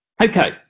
Okay